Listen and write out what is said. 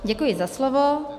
Děkuji za slovo.